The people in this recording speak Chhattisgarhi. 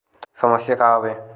समस्या का आवे?